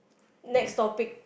next topic